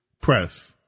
press